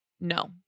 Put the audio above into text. No